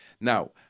Now